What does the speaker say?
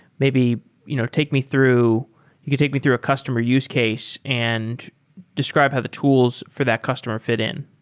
maybe you know take me through you could take me through a customer use case and describe how the tools for that customer fit in.